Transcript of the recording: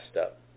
up